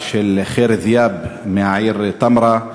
של ח'יר דיאב מהעיר תמרה,